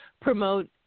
promote